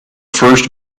first